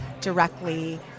directly